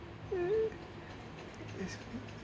uh is